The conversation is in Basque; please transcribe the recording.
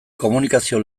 komunikazio